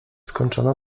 skończona